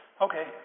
Okay